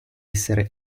essere